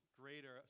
greater